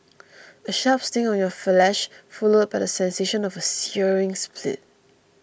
a sharp sting on your flesh followed by the sensation of a searing split